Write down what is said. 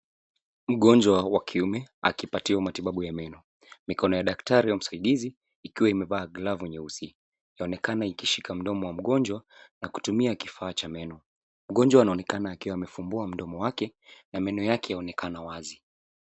Mgonjwa wa kiume akipatiwa matibabu ya meno. Mikono ya daktari au msaidizi ikiwa imevaa glavu nyeusi, yaonekana ikishika mdomo wa mgonjwa na kutumia kifaa cha meno. Mgonjwa anaonekana akiwa amefumbua mdomo wake, na meno yake yaonekana wazi.